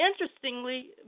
interestingly